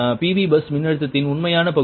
PV bus மின்னழுத்தத்தின் உண்மையான பகுதி